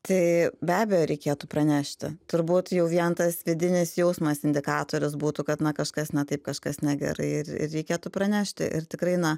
tai be abejo reikėtų pranešti turbūt jau vien tas vidinis jausmas indikatorius būtų kad na kažkas na taip kažkas negerai ir ir reikėtų pranešti ir tikrai na